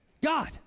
God